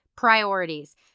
Priorities